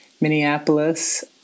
Minneapolis